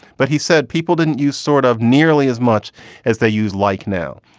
but he said people didn't use sort of nearly as much as they used like now.